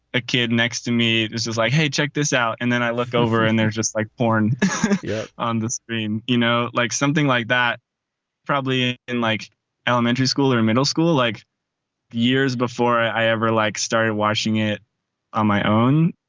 a kid next to me is like, hey, check this out. and then i look over and there's just like porn yeah on the screen. you know, like something like that probably in like elementary school or and middle school, like years before i ever, like, started watching it on my own.